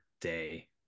day